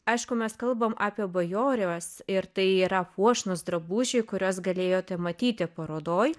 aišku mes kalbam apie bajorijos ir tai yra puošnūs drabužiai kuriuos galėjote matyti parodoj